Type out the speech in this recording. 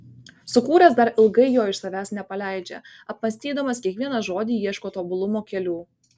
sukūręs dar ilgai jo iš savęs nepaleidžia apmąstydamas kiekvieną žodį ieško tobulumo kelių